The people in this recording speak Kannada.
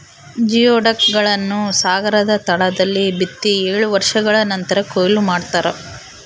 ಜಿಯೊಡಕ್ ಗಳನ್ನು ಸಾಗರದ ತಳದಲ್ಲಿ ಬಿತ್ತಿ ಏಳು ವರ್ಷಗಳ ನಂತರ ಕೂಯ್ಲು ಮಾಡ್ತಾರ